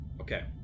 Okay